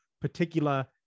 particular